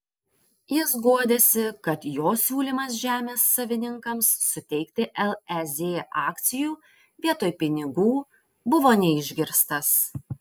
jis guodėsi kad jo siūlymas žemės savininkams suteikti lez akcijų vietoj pinigų buvo neišgirstas